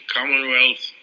Commonwealth